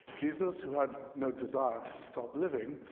jesus, who had no desire to stop living,